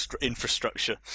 Infrastructure